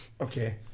Okay